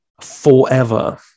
forever